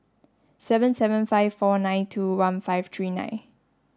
seven seven five four nine two one five three nine